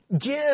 give